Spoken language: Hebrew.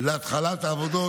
להתחלת העבודות.